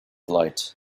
light